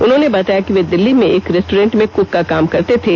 उन्होंने बताया कि वे दिल्ली में एक रेस्ट्रेंट में कुक का काम करते थे